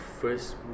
first